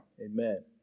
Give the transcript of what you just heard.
Amen